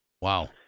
Wow